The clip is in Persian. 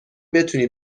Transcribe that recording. بتونی